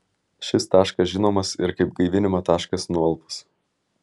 šis taškas žinomas ir kaip gaivinimo taškas nualpus